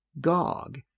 Gog